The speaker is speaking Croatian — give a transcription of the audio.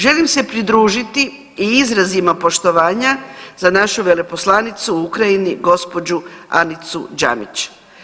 Želim se pridružiti i izrazima poštovanja za našu veleposlanicu u Ukrajini gospođu Anicu Djamić.